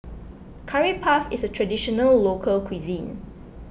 Curry Puff is a Traditional Local Cuisine